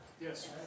Yes